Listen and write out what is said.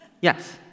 Yes